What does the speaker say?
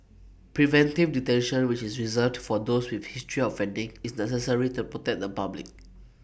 preventive detention which is reserved for those with history offending is necessary to protect the public